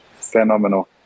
phenomenal